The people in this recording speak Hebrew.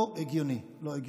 זה לא הגיוני, לא הגיוני.